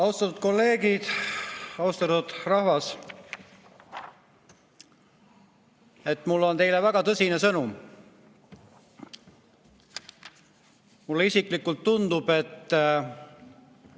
Austatud kolleegid! Austatud rahvas! Mul on teile väga tõsine sõnum. Mulle isiklikult tundub, et